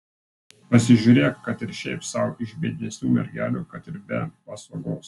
pasižiūrėk kad ir šiaip sau iš biednesnių mergelių kad ir be pasogos